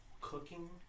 cooking